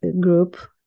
group